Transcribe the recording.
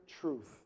truth